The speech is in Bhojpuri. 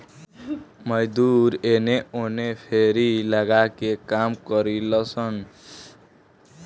मजदूर एने ओने फेरी लगा के काम करिलन सन